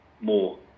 more